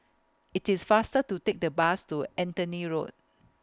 IT IS faster to Take The Bus to Anthony Road